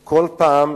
כל פעם,